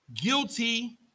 guilty